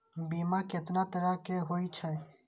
बीमा केतना तरह के हाई छै?